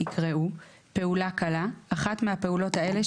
יקראו : ""פעולה קלה" - אחת מהפעולות האלה,